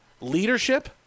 leadership